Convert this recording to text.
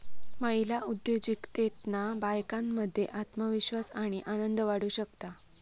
महिला उद्योजिकतेतना बायकांमध्ये आत्मविश्वास आणि आनंद वाढू शकता